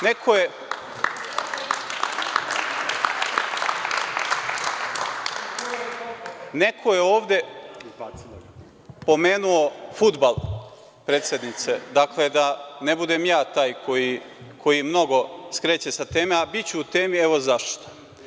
Neko je ovde pomenuo fudbal, predsednice, da ne budem ja taj koji mnogo skreće sa teme, a biću u temi evo zašto.